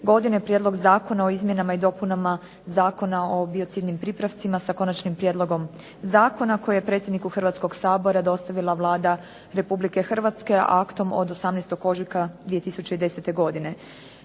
godine Prijedlog zakona o izmjenama i dopunama Zakona o biocidnim pripravcima s Konačnim prijedlogom zakona koji je predsjedniku Hrvatskog sabora dostavila Vlada Republike Hrvatske aktom od 18. ožujka 2010. godine.